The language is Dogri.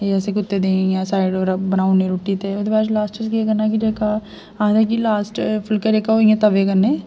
एह् असें कुत्ते ताई इंया साइड उप्पर बनाई ओड़नी रुट्टी ते ओह्दे बाद लास्ट च केह् करना के जेह्का आखदे कि लास्ट फुलका जेह्का ओह् तवे कन्नै